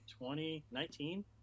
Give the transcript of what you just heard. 2019